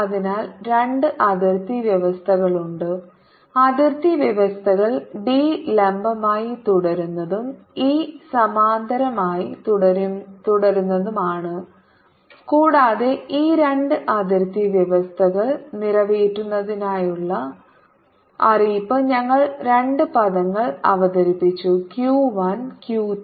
അതിനാൽ 2 അതിർത്തി വ്യവസ്ഥകളുണ്ട് അതിർത്തി വ്യവസ്ഥകൾ ഡി ലംബമായി തുടരുന്നതും ഇ സമാന്തരമായി തുടരുന്നതുമാണ് കൂടാതെ ഈ 2 അതിർത്തി വ്യവസ്ഥകൾ നിറവേറ്റുന്നതിനുള്ള അറിയിപ്പ് ഞങ്ങൾ 2 പദങ്ങൾ അവതരിപ്പിച്ചു q 1 q 2